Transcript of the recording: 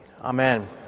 Amen